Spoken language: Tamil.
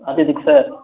அது